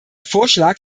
vorschlag